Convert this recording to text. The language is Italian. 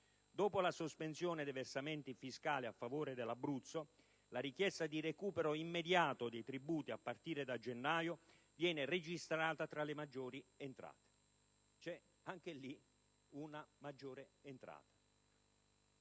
Dopo la sospensione dei versamenti fiscali a favore dell'Abruzzo, la richiesta di recupero immediato dei tributi a partire da gennaio viene registrata tra le maggiori entrate. Per il 2009 il CNEL prevede